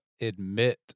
admit